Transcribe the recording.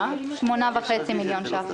8.5 מיליון ש"ח.